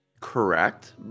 Correct